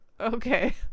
okay